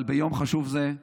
ביום חשוב זה,